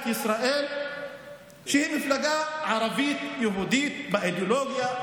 ישראל שהיא מפלגה ערבית-יהודית באידיאולוגיה,